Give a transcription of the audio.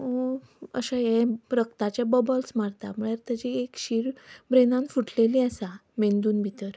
अशे हे रग्ताचे बबल्स मारता म्हळ्यार तेची एक शीर ब्रेनांत फुटलेली आसा मेंदूंत भितर